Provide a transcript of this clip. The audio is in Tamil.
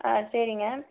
ஆ சரிங்க